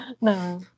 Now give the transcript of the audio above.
no